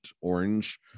orange